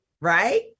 right